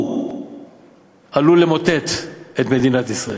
הוא עלול למוטט את מדינת ישראל.